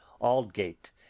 Aldgate